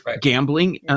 Gambling